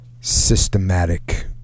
systematic